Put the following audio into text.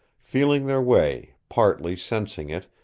feeling their way, partly sensing it,